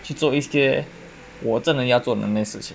去做一些我真的要做的事情